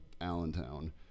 allentown